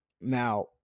Now